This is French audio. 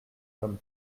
comme